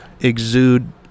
exude